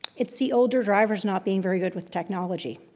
it's the older drivers not being very good with technology.